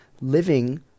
living